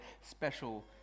special